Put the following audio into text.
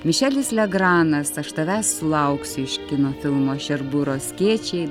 mišelis legranasta aš tavęs lauksiu iš kino filmo šerburo skėčiai